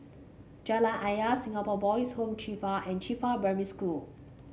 Jalan Ayer Singapore Boys' Home Qifa and Qifa Primary School